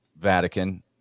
Vatican